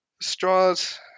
Straws